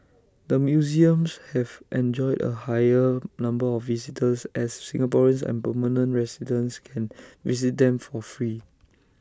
the museums have enjoyed A higher number of visitors as Singaporeans and permanent residents can visit them for free